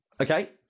okay